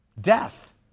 Death